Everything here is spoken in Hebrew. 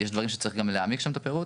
יש דברים שצריך גם להעמיק בפירוט,